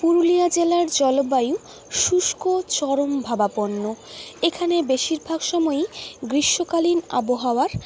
পুরুলিয়া জেলার জলবায়ু শুষ্ক চরমভাবাপন্ন এখানে বেশিরভাগ সময়ই গ্রীষ্মকালীন আবহাওয়ার